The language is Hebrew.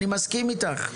אני מסכים איתך.